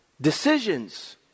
decisions